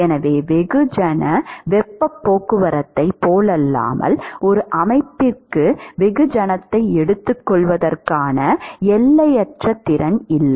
எனவே வெகுஜன வெப்பப் போக்குவரத்தைப் போலல்லாமல் ஒரு அமைப்புக்கு வெகுஜனத்தை எடுத்துக்கொள்வதற்கான எல்லையற்ற திறன் இல்லை